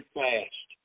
fast